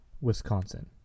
Wisconsin